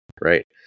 right